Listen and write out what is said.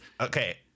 Okay